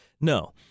No